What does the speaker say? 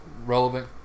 relevant